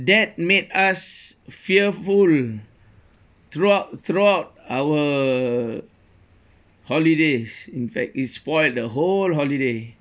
that made us fearful throughout throughout our holidays in fact it's spoilt the whole holiday